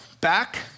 back